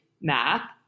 math